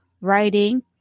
writing